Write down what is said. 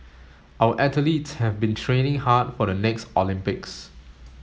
our athletes have been training hard for the next Olympics